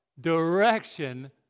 Direction